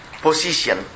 position